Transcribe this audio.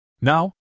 Now